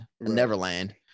neverland